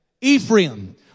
Ephraim